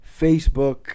Facebook